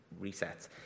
resets